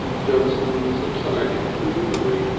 johnson subsided gloomily,